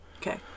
Okay